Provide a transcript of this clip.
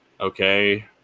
okay